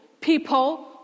people